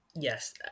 Yes